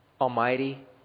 almighty